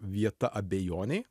vieta abejonei